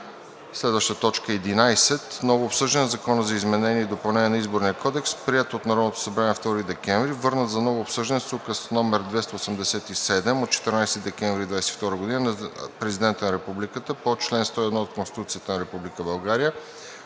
декември 2022 г. 11. Ново обсъждане на Закона за изменение и допълнение на Изборния кодекс, приет от Народното събрание на 2 декември 2022 г., върнат за ново обсъждане с Указ № 287 от 14 декември 2022 г. на Президента на Републиката по чл. 101 от Конституцията на Република България